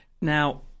Now